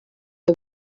déu